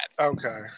Okay